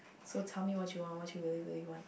so tell me what you want what you really really want